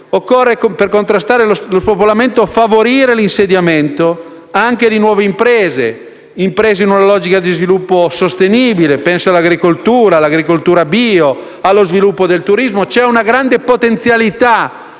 occorre, per contrastare lo spopolamento, favorire l'insediamento anche di nuove imprese in una logica di sviluppo sostenibile. Penso all'agricoltura bio e allo sviluppo del turismo. C'è una grande potenzialità